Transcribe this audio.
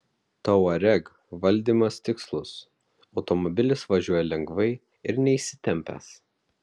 touareg valdymas tikslus automobilis važiuoja lengvai ir neįsitempęs